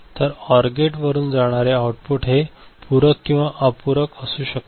तर OR gate वरून जाणारे आऊटपुट हे पूरक किंवा अपूरक असु शकते